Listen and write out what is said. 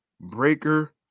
Breaker